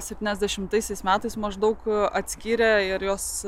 septyniasdešimtaisiais metais maždaug atskyrė ir jos